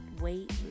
wait